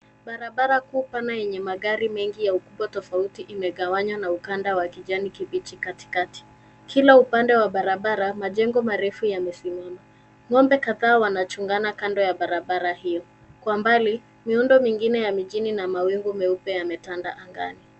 Barabara kuu pana yenye magari mengi ya ukubwa tofauti imegawanya na ukanda wa kijani kibichi katikati. Kila upande wa barabara, majengo marefu yamesimama. Ng'ombe kadhaa wanachungana kando ya barabara hiyo. Kwa mbali miundo mingine ya mijini na mawingu meupe yametanda angani.